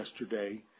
yesterday